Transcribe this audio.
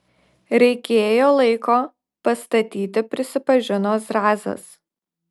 reikėjo laiko pastatyti prisipažino zrazas